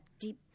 deep